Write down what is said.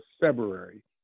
February